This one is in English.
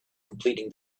completing